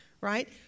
right